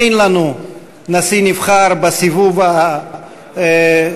אין לנו נשיא נבחר בסיבוב הראשון.